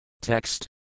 Text